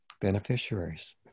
beneficiaries